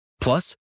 Plus